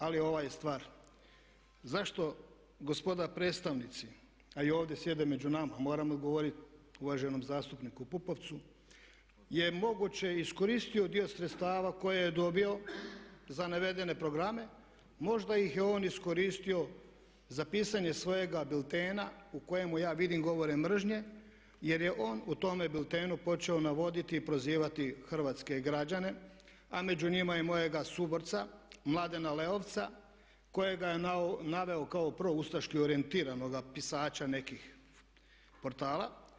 Ali ova je stvar, zašto gospoda predstavnici a i ovdje sjede među nama, moram odgovoriti uvaženom zastupniku Pupovcu, je moguće iskoristio dio sredstava koje je dobio za navedene programe, možda ih je on iskoristio za pisanje svojega biltena u kojemu ja vidim govore mržnje jer je on u tome biltenu počeo navoditi i prozivati hrvatske građane a među njima i mojega suborca Mladena Leovca kojega je naveo kao proustaški orijentiranoga pisača nekih portala.